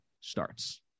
starts